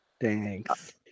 Thanks